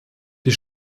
die